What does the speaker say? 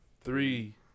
Three